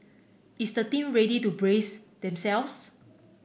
is the team ready to brace themselves